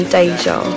Deja